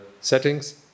settings